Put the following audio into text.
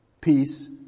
peace